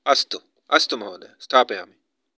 अस्तु अस्तु महोदय स्थापयामि